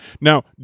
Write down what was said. Now